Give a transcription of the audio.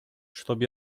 чтоб